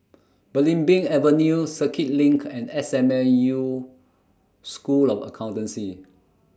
Belimbing Avenue Circuit LINK and S M U School of Accountancy